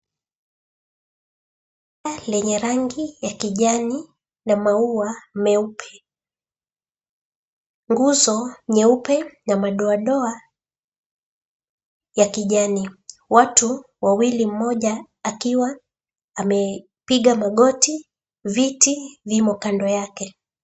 Lenye rangi ya kijani na maua meupe nguzo nyeupe na madoadoa ya kijani, watu wawili, mmoja akiwa amepiga magoti, viti vimo kando yake.